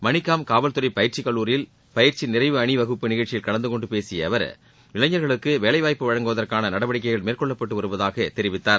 மணிக்காம் காவல்துறை பயிற்சி கல்லூரியில் பயிற்சி நிறைவு அணி வகுப்பு நிகழ்ச்சியில் கலந்து கொண்டு பேசிய அவர் இளைஞர்களுக்கு வேலை வாய்ப்பு வழங்குவதற்கான நடவடிக்கைகள் மேற்கொள்ளப்பட்டு வருவதாக தெரிவித்தார்